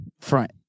front